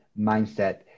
mindset